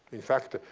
in fact,